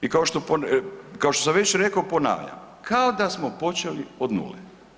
I kao što sam već rekao ponavljam, kao da smo počeli od nule.